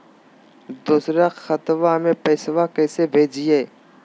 दोसर खतबा में पैसबा कैसे भेजिए?